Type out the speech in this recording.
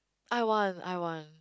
I want I want